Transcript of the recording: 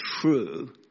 true